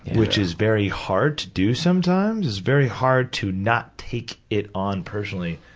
which is very hard to do sometimes. it's very hard to not take it on personally.